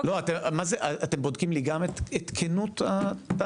לא, מה זה, אתם בודקים לי גם את כנות התהליך?